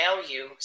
value